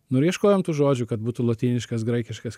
nu ir ieškojom tų žodžių kad būtų lotyniškas graikiškas